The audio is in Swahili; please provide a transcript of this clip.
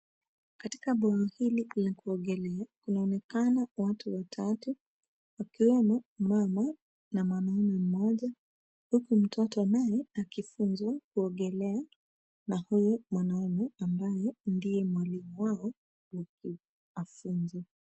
Katika bwawa hili la kuogelea kunaonekana watu watatu wakiwa na mama na mwanaume mmoja, huku mtoto anaye akifunzwa kuogelea na huyu mwanaume ambaye ndiye mwalimu wao wa kuwafunza.